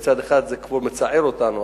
מצד אחד זה כבר מצער אותנו,